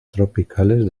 tropicales